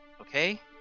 okay